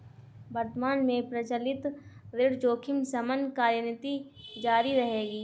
वर्तमान में प्रचलित ऋण जोखिम शमन कार्यनीति जारी रहेगी